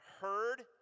heard